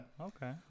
Okay